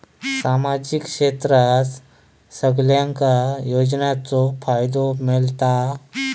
सामाजिक क्षेत्रात सगल्यांका योजनाचो फायदो मेलता?